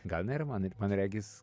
gal nėra man man regis